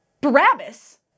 Barabbas